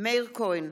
מאיר כהן,